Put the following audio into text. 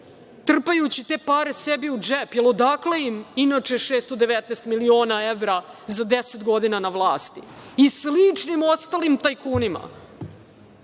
trpajući te pare sebi u džep, jer, odakle im inače 619.000.000 evra za 10 godina na vlasti i sličnim ostalim tajkunima,